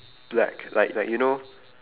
black like like you know